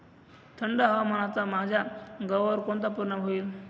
थंड हवामानाचा माझ्या गव्हावर कोणता परिणाम होईल?